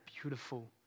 beautiful